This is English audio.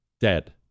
dead